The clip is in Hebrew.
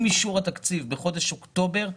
עם אישור התקציב בחודש אוקטובר,